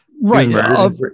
right